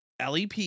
LEP